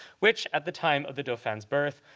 which, at the time of the dauphin's birth,